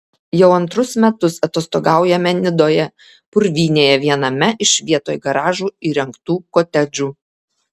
jau antrus metus atostogaujame nidoje purvynėje viename iš vietoj garažų įrengtų kotedžų